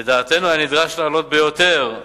לדעתנו היה נדרש להעלות ביותר,